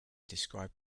described